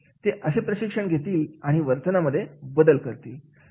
ते अशी प्रशिक्षण घेतील आणि वर्तनात बदल करतील